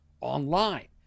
online